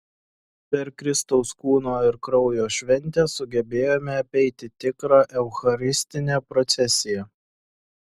per kristaus kūno ir kraujo šventę sugebėjome apeiti tikrą eucharistinę procesiją